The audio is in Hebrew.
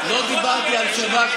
לא דיברתי על שב"כ,